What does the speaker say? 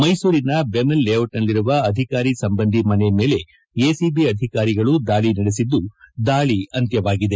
ಮೈಸೂರಿನ ಬೆಮೆಲ್ ಲೇಡಿಟ್ ನಲ್ಲಿರುವ ಅಧಿಕಾರಿ ಸಂಬಂಧಿ ಮನೆ ಮೇಲೆ ಎಸಿಐ ಅಧಿಕಾರಿಗಳು ದಾಳಿ ನಡೆಸಿದ್ದು ದಾಳಿ ಅಂತ್ಯವಾಗಿದೆ